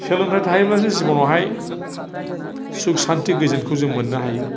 सोलोंथाय थायोब्लासो जिबनावहाय सुख सान्ति गोजोनखौ जों मोननो हायो